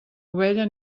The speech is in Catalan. ovella